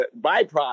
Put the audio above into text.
byproduct